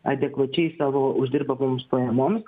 adekvačiai savo uždirbamoms pajamoms